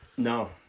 No